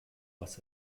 was